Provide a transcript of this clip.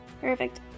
perfect